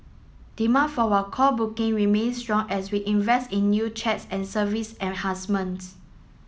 demand for our call booking remains strong as we invest in new chats and service enhancements